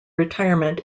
retirement